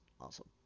awesome